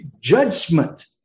judgment